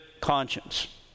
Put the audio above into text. conscience